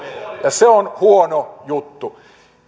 ja se on huono juttu